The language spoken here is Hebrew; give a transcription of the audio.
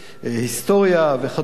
היסטוריה וכדומה,